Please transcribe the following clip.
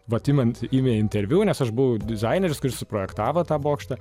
vat imant imė interviu nes aš buvau dizaineris kuris suprojektavo tą bokštą